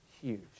huge